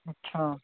अच्छा